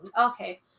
Okay